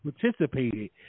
participated